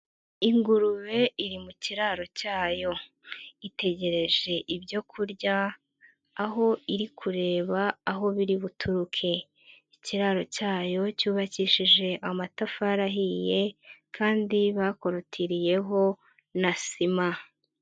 Ingurube iri mu kiraro cyayo, itegereje ibyoku kurya aho iri kureba aho biri buturuke, ikiraro cyayo cyubakishije amatafari ahiye kandi bakorotiriyeho na sima.